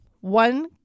one